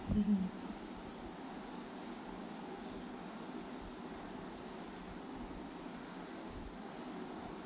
mmhmm